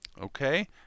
Okay